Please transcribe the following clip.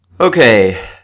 Okay